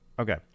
Okay